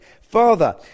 father